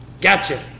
Gotcha